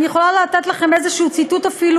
ואני יכולה לתת לכם איזשהו ציטוט אפילו,